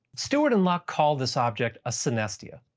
stewart and lock call this object a synestia.